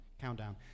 countdown